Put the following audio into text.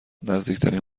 نزدیکترین